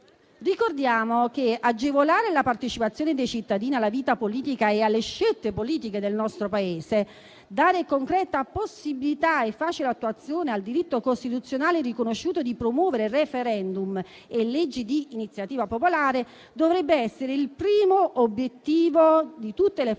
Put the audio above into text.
Ricordiamo che agevolare la partecipazione dei cittadini alla vita politica e alle scelte politiche del nostro Paese e dare concreta possibilità e facile attuazione al diritto costituzionale riconosciuto di promuovere *referendum* e leggi di iniziativa popolare dovrebbero essere il primo obiettivo di tutte le forze